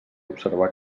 observar